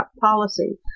policy